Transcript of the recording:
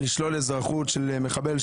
לכל אלה שבאים ואומרים שצריך לעשות איזונים,